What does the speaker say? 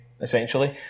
essentially